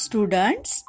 Students